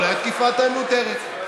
אולי התקיפה הייתה מיותרת,